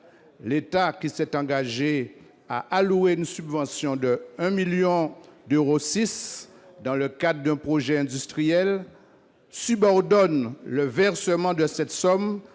L'État, qui s'est engagé à allouer une subvention de 1,6 million d'euros dans le cadre d'un projet industriel, subordonne le versement de cette somme